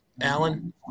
Alan